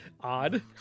odd